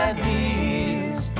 knees